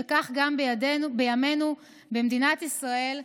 וכך גם בימינו במדינת ישראל,